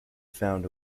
found